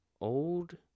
old